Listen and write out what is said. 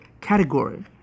category